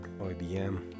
IBM